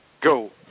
Go